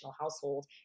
household